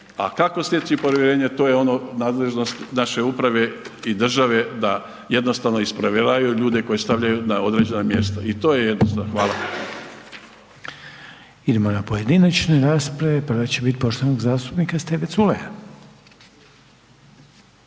a kako steći povjerenje, to je ono nadležnost naše uprave i države da jednostavno isprovjeravaju ljude koje stavljaju na određena mjesta i to je … /Govornik se ne razumije./ … Hvala. **Reiner, Željko (HDZ)** Idemo na pojedinačne rasprave, prva će biti poštovanog zastupnika Steve Culeja.